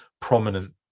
prominent